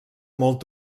molt